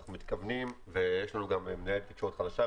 אנחנו מתכוונים ויש לנו גם מנהלת תקשורת חדשה,